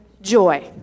joy